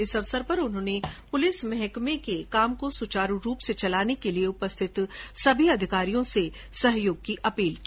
इस अवसर पर उन्होंने पुलिस महकमें के काम को सुचारू रूप से चलाने के लिए सभी अधिकारियों से सहयोग की अपील की